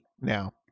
now